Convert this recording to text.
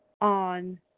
on